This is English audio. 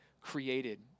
created